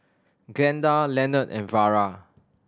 Glenda Lenord and Vara